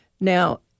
Now